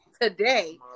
today